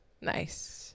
Nice